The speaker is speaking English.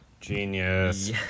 genius